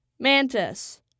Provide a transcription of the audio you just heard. Mantis